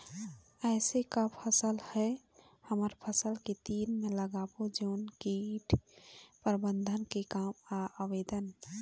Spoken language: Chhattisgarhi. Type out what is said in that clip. ऐसे का फसल ला हमर फसल के तीर मे लगाबो जोन कीट प्रबंधन के काम आवेदन?